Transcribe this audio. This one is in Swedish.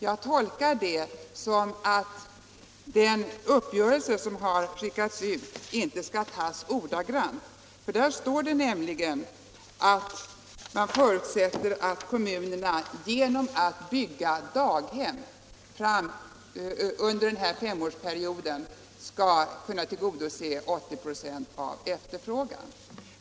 Jag tolkar det så att den uppgörelse som träffats inte skall tas ordagrant. I överenskommelsen står det nämligen att man förutsätter att kommunerna genom att bygga daghem under den kommande femårsperioden skall kunna tillgodose 80 96 av efterfrågan.